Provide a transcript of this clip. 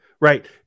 right